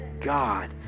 God